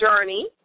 journey